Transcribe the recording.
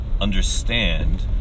understand